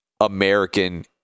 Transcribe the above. american